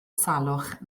salwch